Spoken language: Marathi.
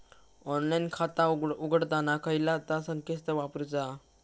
ऑनलाइन खाता उघडताना खयला ता संकेतस्थळ वापरूचा?